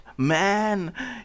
Man